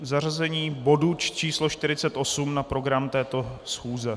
Zařazení bodu číslo 48 na program této schůze?